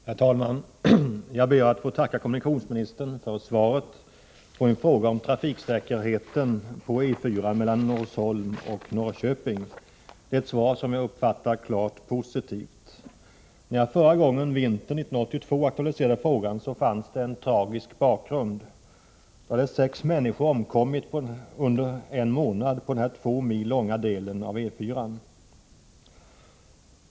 Herr talman! Jag ber att få tacka kommunikationsministern för svaret på min fråga om trafiksäkerheten på E 4-an mellan Norrköping och Norsholm — ett svar som jag uppfattar som klart positivt. När jag förra gången, vintern 1982, aktualiserade frågan fanns det en tragisk bakgrund. Då hade sex människor omkommit under en månad på den här 2 mil långa delen av E 4-an.